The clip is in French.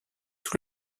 sous